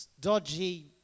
dodgy